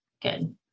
good